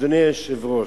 אדוני היושב-ראש,